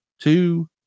two